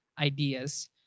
ideas